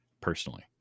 personally